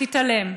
תתעלם.